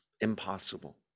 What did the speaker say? impossible